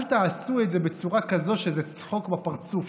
אל תעשו את זה בצורה כזו שזה צחוק בפרצוף,